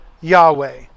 Yahweh